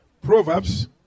Proverbs